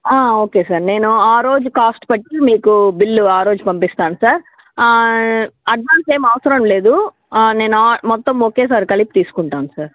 okay sir నేను ఆ రోజు కాస్ట్ బట్టి మీకు బిల్ ఆ రోజు పంపిస్తాను సార్ అడ్వాన్స్ ఏం అవసరం లేదు నేను మొత్తం ఒకేసారి కలిపి తీసుకుంటాను సార్